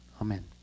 Amen